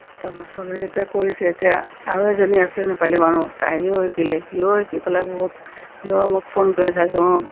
তাৰপাছত চবে যেতিয়া কৰিছে এতিয়া আৰু এজনী আছিল নেপালী মানুহ তাইও শিকিলে সিও শিকি পেলাই বহুত সিও মোক ফোন কৰি থাকে অঁ